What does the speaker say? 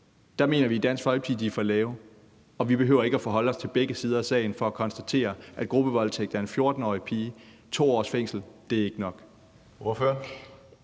Der mener vi i Dansk Folkeparti, at de er for lave, og vi behøver ikke at forholde os til begge sider af sagen for at konstatere, at for gruppevoldtægt af en 14-årig pige er 2 års fængsel ikke nok.